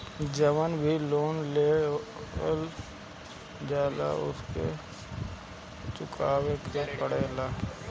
जवन भी लोन लेवल जाला उके चुकावे के पड़ेला